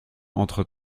entre